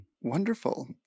Wonderful